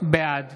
בעד